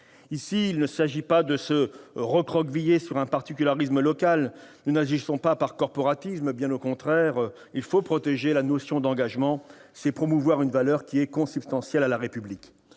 ? Il ne s'agit pas de nous recroqueviller sur un particularisme local. Nous n'agissons pas par conservatisme. Bien au contraire, protéger la notion d'engagement, c'est promouvoir une valeur qui est consubstantielle à la République.